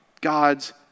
God's